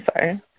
sorry